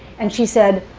and she said,